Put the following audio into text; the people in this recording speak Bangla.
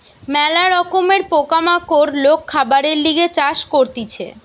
ম্যালা রকমের পোকা মাকড় লোক খাবারের লিগে চাষ করতিছে